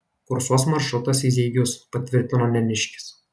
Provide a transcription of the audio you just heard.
kursuos maršrutas į zeigius patvirtino neniškis